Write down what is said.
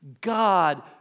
God